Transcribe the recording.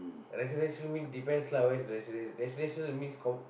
residential means depends lah where residential residential means comm~